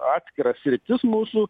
atskiras sritis mūsų